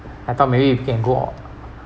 I thought maybe we can go on